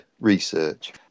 research